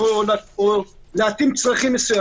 ולהתאים צרכים,